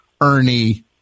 Ernie